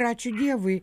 ir ačiū dievui